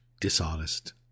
dishonest